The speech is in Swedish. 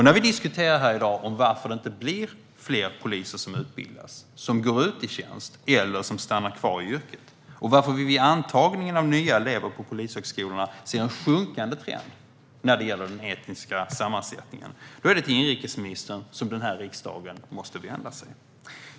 När vi diskuterar här i dag varför det inte blir fler poliser som utbildas, som går ut i tjänst eller som stannar kvar i yrket och varför vi vid antagningen av nya elever på polishögskolorna ser en sjunkande trend när det gäller den etniska sammansättningen är det till inrikesministern som den här riksdagen måste vända sig.